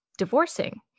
Divorcing